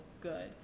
good